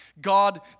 God